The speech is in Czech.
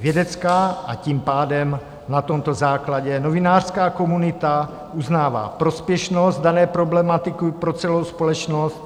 Vědecká, a tím pádem na tomto základě novinářská komunita uznává prospěšnost dané problematiky pro celou společnost.